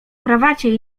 krawacie